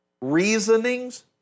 reasonings